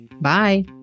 Bye